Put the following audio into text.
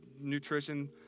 nutrition